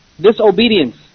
disobedience